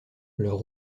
leur